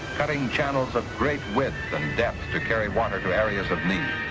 cutting channels of great width and depth to carry water to areas of need.